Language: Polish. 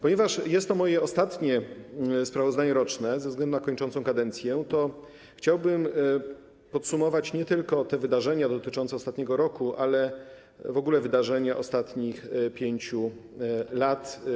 Ponieważ jest to moje ostatnie sprawozdanie roczne ze względu na kończącą się kadencję, chciałbym podsumować nie tylko wydarzenia dotyczące ostatniego roku, ale w ogóle wydarzenia ostatnich 5 lat.